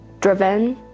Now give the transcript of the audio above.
driven